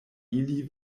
ili